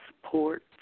support